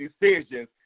decisions